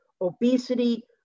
obesity